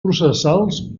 processals